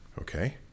okay